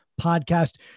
podcast